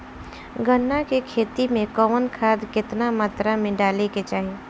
गन्ना के खेती में कवन खाद केतना मात्रा में डाले के चाही?